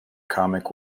comic